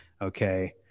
okay